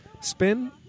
Spin